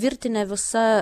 virtinė visa